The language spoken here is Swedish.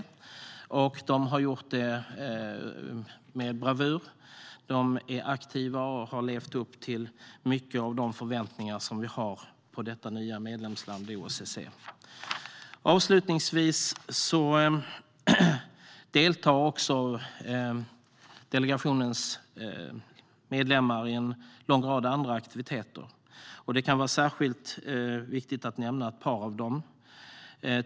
Mongoliet har skött detta med bravur. Landet är aktivt och har levt upp till många av de förväntningar vi har på detta nya medlemsland i OSSE. Delegationens medlemmar deltar även i en lång rad andra aktiviteter, och det kan vara särskilt viktigt att nämna ett par av dem.